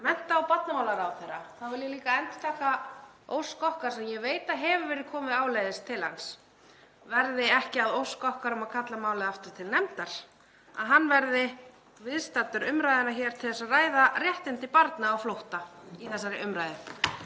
mennta- og barnamálaráðherra, vil ég endurtaka ósk okkar sem ég veit að hefur verið komið áleiðis til hans, verði ekki orðið að ósk okkar um að kalla málið aftur til nefndar, að hann verði viðstaddur umræðuna hér til að ræða réttindi barna á flótta í þessari umræðu.